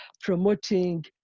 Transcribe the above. promoting